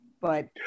but-